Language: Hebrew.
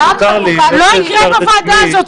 זה לא יקרה בוועדה הזאת.